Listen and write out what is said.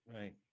Right